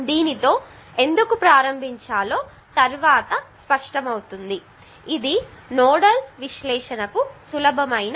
దీనితో ఎందుకు ప్రారంభించాలో తరువాత స్పష్టమవుతుంది ఇది నోడల్ విశ్లేషణకు సులభమైన సందర్భం